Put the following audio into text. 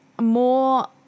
more